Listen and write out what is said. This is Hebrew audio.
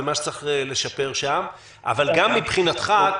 ומה שצריך לשפר שם אבל גם מבחינתך,